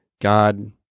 God